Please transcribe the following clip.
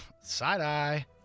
side-eye